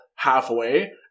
halfway